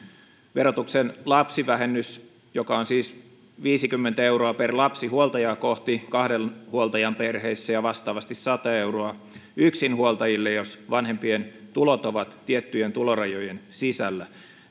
verotuksen lapsivähennys on siis viisikymmentä euroa per lapsi huoltajaa kohti kahden huoltajan perheissä ja vastaavasti sata euroa yksinhuoltajille jos vanhempien tulot ovat tiettyjen tulorajojen sisällä